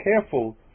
careful